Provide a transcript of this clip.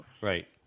Right